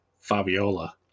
Fabiola